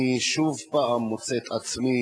אני שוב מוצא את עצמי